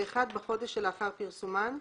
ב-1 בחודש שלאחר פרסומן,